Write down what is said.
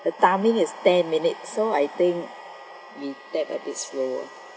the timing is ten minutes so I think we tap a bit slow